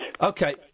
Okay